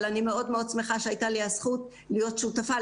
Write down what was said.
אבל אני מאוד שמחה שהייתה לי הזכות להיות שותפה,